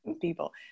people